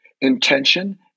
intention